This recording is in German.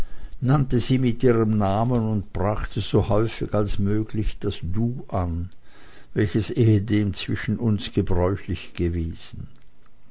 nannte sie mit ihrem namen und brachte so häufig als möglich das du an welches ehedem zwischen uns gebräuchlich gewesen